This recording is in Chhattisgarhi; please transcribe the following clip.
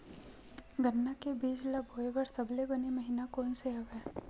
गन्ना के बीज ल बोय बर सबले बने महिना कोन से हवय?